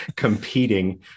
competing